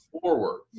forward